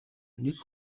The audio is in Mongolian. нэг